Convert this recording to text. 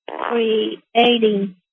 creating